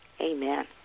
amen